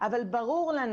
ברור לנו